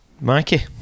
Mikey